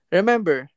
Remember